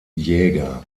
jäger